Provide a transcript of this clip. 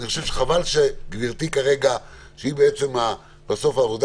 אני חושב שחבל שגברתי בסוף העבודה